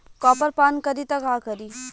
Copper पान करी त का करी?